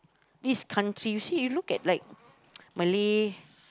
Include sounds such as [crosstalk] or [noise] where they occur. this country you see you look at like [noise] Malay